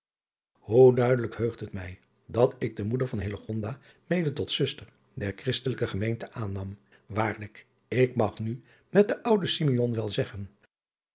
hoe duidelijk heugt het mij dat ik de moeder van hillegonda mede tot zuster der christelijke geadriaan loosjes pzn het leven van hillegonda buisman meente aannam waarlijk ik mag nu met den ouden simeon wel zeggen